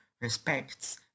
respects